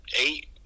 eight